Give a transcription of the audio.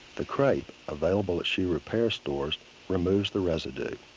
the crepe available at shoe repair stores removes the residue.